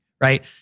Right